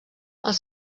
els